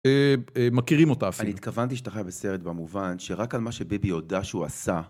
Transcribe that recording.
מכירים אותה אפילו. אני התכוונתי שאתה חי בסרט במובן שרק על מה שביבי הודה שהוא עשה.